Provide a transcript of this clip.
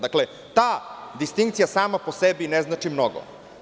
Dakle, ta distincija sama po sebi ne znači mnogo.